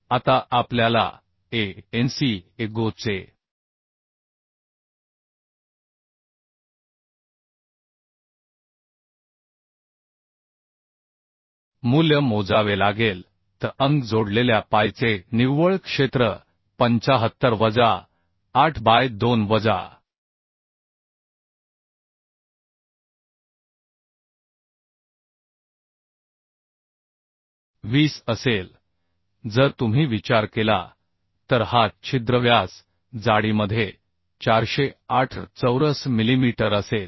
आता आपल्याला AncAgo चे मूल्य मोजावे लागेल तर अंक जोडलेल्या पायचे निव्वळ क्षेत्र 75 वजा 8 बाय 2 वजा 20 असेल जर तुम्ही विचार केला तर हा छिद्र व्यास जाडीमध्ये 408 चौरस मिलीमीटर असेल